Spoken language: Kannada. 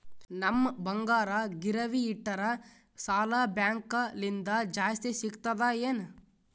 ನಮ್ ಬಂಗಾರ ಗಿರವಿ ಇಟ್ಟರ ಸಾಲ ಬ್ಯಾಂಕ ಲಿಂದ ಜಾಸ್ತಿ ಸಿಗ್ತದಾ ಏನ್?